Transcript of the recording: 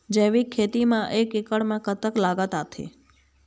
जैविक खेती म एक एकड़ म कतक लागत आथे?